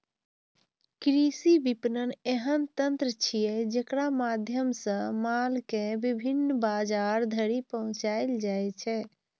कृषि विपणन एहन तंत्र छियै, जेकरा माध्यम सं माल कें विभिन्न बाजार धरि पहुंचाएल जाइ छै